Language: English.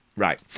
Right